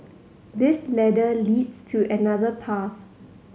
this ladder leads to another path